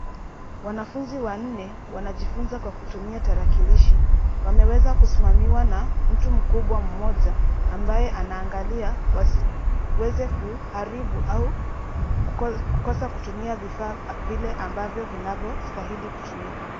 Wanafunzi wanne wanajifunza kwa kutumia tarakilishi. Wameweza kusimamiwa na mtu mkubwa mmoja ambaye anaangalia wasiwe kuharibu au kukosa kutumia vifaa vile ambavyo vinastahili kutumika.